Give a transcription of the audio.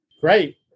Great